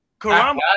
Karama